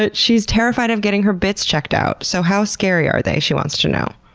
but she's terrified of getting her bits checked out. so how scary are they? she wants to know.